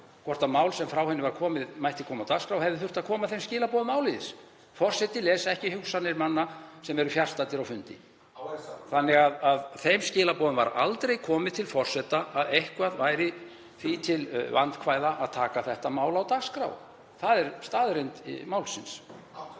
hvort mál sem frá henni var komið mætti koma á dagskrá hefði þurft að koma þeim skilaboðum áleiðis. Forseti les ekki hugsanir manna sem eru fjarstaddir á fundi (Gripið fram í.) þannig að þeim skilaboðum var aldrei komið til forseta að eitthvað væri því til vandkvæða að taka þetta mál á dagskrá. Það er staðreynd málsins.